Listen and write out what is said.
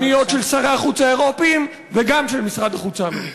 מהפניות של שרי החוץ האירופים וגם של משרד החוץ האמריקני.